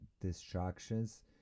distractions